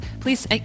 please